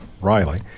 riley